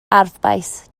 arfbais